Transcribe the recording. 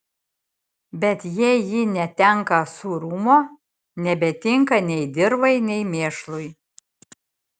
bet jei ji netenka sūrumo nebetinka nei dirvai nei mėšlui